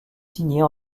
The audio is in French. signer